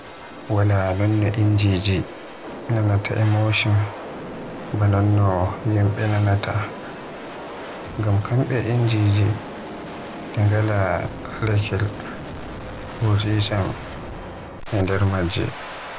Wala non no injiji nanaata emotion ba nonno yimbe nanaata. Ngam kambe injije de ngala lakel ko eytcan e nder majje.